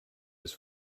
his